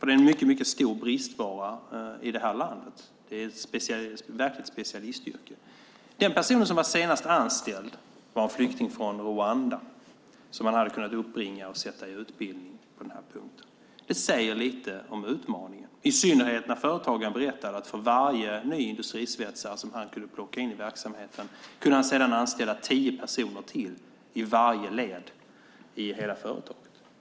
Det är en stor bristvara i det här landet. Det är ett verkligt specialistyrke. Den personen som var senast anställd var en flykting från Rwanda som han hade kunnat uppbringa och sätta i utbildning. Det säger lite om utmaningen, i synnerhet när företagaren berättade att för varje ny industrisvetsare som han kunde plocka in i verksamheten kunde han sedan anställda tio personer till i varje led i hela företaget.